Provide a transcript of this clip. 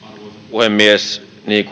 puhemies niin